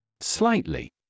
Slightly